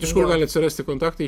iš kur gali atsirasti kontaktai